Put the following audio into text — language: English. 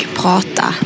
prata